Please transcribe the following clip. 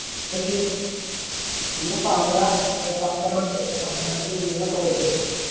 ꯑꯩꯈꯣꯏꯒꯤ ꯀꯩꯅꯣ ꯄꯥꯝꯕ꯭ꯔꯥ ꯍꯋꯥꯏ ꯄꯥꯝꯕ꯭ꯔꯥ ꯑꯇꯣꯞꯄ ꯄꯥꯝꯕ꯭ꯔꯥ ꯍꯥꯏꯕꯗꯨ ꯌꯦꯡꯉ ꯇꯧꯔꯁꯦ